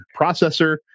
processor